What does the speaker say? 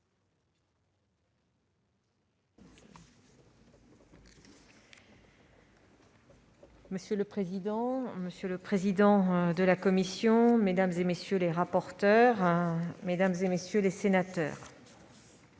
Monsieur le président, monsieur le président de la commission, mesdames, messieurs les rapporteurs, mesdames, messieurs les sénateurs,